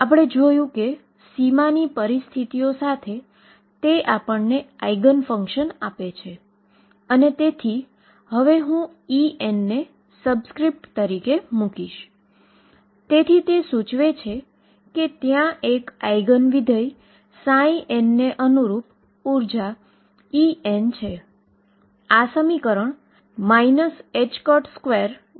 તે આપણે કેવી રીતે કહી શકીએ કે આપણે હજી પણ હજુ શોધવાનુ આપણે બાકી છે અને તે ક્યા સમીકરણ દ્વારા સંતુષ્ટ થશે